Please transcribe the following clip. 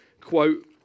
quote